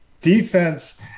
defense